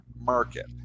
market